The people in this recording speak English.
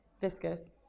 viscous